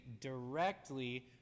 directly